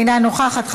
אינה נוכחת.